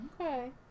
Okay